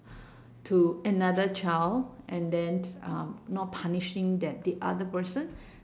to another child and then uh not punishing that the other person